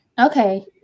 Okay